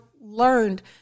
learned